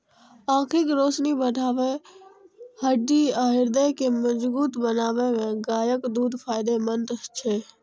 आंखिक रोशनी बढ़बै, हड्डी आ हृदय के मजगूत बनबै मे गायक दूध फायदेमंद छै